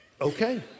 okay